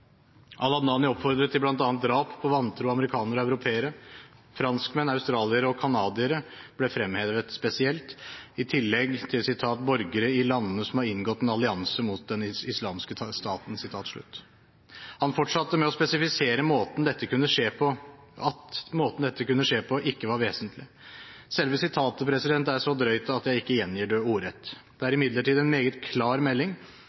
handlinger. Al-Adnani oppfordret til bl.a. drap på vantro amerikanere og europeere. Franskmenn, australiere og kanadiere ble fremhevet spesielt, i tillegg til «borgere i landene som har inngått en allianse mot Den islamske staten». Han fortsatte med å spesifisere at måten dette kunne skje på, ikke var vesentlig. Selve sitatet er så drøyt at jeg ikke gjengir det ordrett. Det er imidlertid en meget klar melding